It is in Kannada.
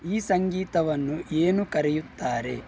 ಈ ಸಂಗೀತವನ್ನು ಏನು ಕರೆಯುತ್ತಾರೆ